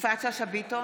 יפעת שאשא ביטון,